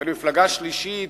למפלגה שלישית,